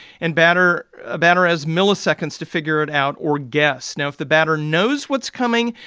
and batter ah batter has milliseconds to figure it out or guess. now if the batter knows what's coming,